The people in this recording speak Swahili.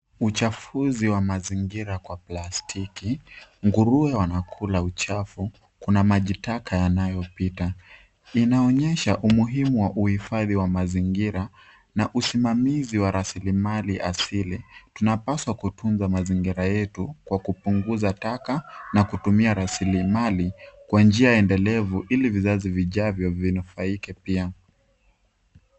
Uchafuzi wa mazingira kwa plastiki, nguruwe wanakula uchafu, kuna majitaka yanayopita. Inaonyesha umuhimu wa uhifadhi wa mazingira na usimamizi wa rasilimali asili. Tunapaswa kutunza mazingira yetu kwa kupunguza taka na kutumia rasilimali kwa njia endelevu ili vizazi vijavyo vinafaike pia.